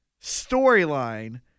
storyline